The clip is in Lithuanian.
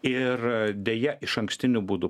ir deja išankstiniu būdu